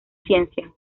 ciencia